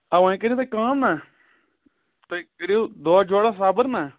آ وۄںۍ کٔرِو تُہۍ کٲم نہ تُہۍ کٔرِو دۄہ جورہ صبر نہ